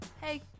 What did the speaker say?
Hey